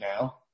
now